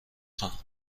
خواهم